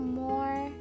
more